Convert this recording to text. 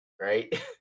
right